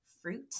Fruit